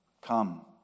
Come